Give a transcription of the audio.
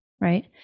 right